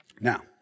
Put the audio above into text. Now